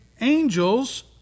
angels